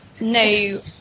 no